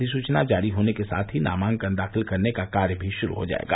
अधिसूचना जारी होने के साथ ही नामांकन दाखिल करने का कार्य भी शुरू हो जायेगा